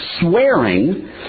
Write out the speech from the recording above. swearing